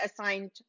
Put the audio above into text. assigned